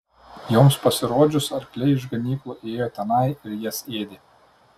joms pasirodžius arkliai iš ganyklų ėjo tenai ir jas ėdė